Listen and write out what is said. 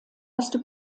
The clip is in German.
erste